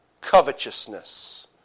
covetousness